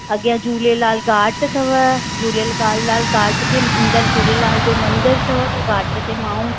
अॻियां झूलेलाल घाट अथव झूलेलाल घाट जे अंदरि झूलेलाल जो मंदिर अथव घाट ते माण्हू